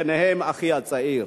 ביניהם אחי הצעיר.